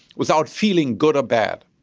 without feeling good or bad?